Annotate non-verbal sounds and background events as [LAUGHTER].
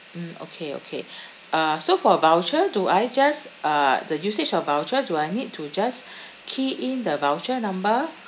mm okay okay uh so for voucher do I just uh the usage of voucher do I need to just [BREATH] key in the voucher number